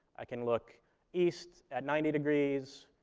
i can look east at ninety degrees,